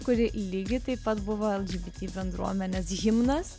kuri lygiai taip pat buvo lgbt bendruomenės himnas